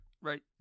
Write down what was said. right